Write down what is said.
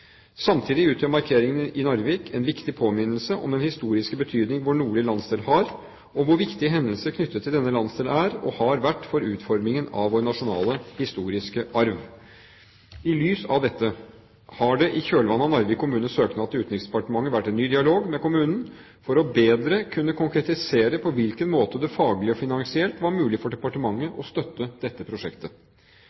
Samtidig utgjør markeringene i Narvik en viktig påminnelse om den historiske betydning vår nordlige landsdel har, og hvor viktig hendelser knyttet til denne landsdelen er og har vært for utformingen av vår nasjonale historiske arv. I lys av dette har det i kjølvannet av Narvik kommunes søknad til Utenriksdepartementet vært en ny dialog med kommunen for bedre å kunne konkretisere på hvilken måte det faglig og finansielt var mulig for departementet